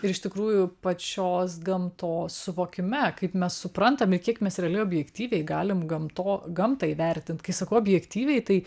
ir iš tikrųjų pačios gamtos suvokime kaip mes suprantam kiek mes realiai objektyviai galim gamto gamtą įvertint kai sakau objektyviai tai